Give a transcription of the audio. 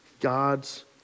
God's